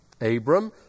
Abram